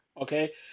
Okay